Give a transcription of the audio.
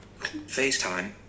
FaceTime